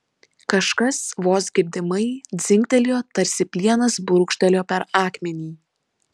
kažkas vos girdimai dzingtelėjo tarsi plienas brūkštelėjo per akmenį